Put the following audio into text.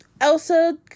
Elsa